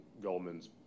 Goldman's